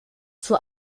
zur